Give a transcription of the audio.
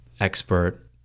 expert